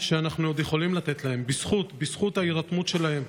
שאנחנו עוד יכולים לתת להם בזכות ההירתמות שלהם,